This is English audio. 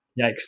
Yikes